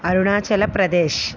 Arunachal Pradesh